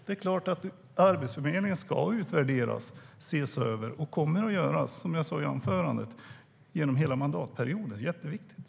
Det är klart att Arbetsförmedlingen ska utvärderas och ses över, och det kommer att ske genom hela mandatperioden. Det är jätteviktigt.